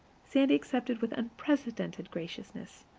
sandy accepted with unprecedented graciousness,